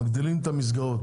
מגדילים את המסגרות,